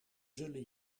zullen